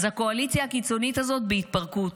הקואליציה הקיצונית הזאת בהתפרקות,